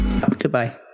Goodbye